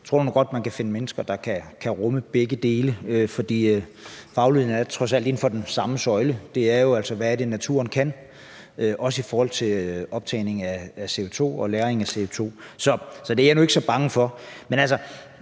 tror nu godt, at man kan finde mennesker, der kan rumme begge dele, for fagligheden er trods alt inden for den samme søjle. Den vedrører jo altså, hvad naturen kan, også i forhold til optagning af CO2 og lagring af CO2. Så det er jeg nu ikke så bange for.